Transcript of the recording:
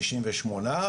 תשעים ושמונה,